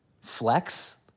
flex